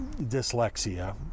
dyslexia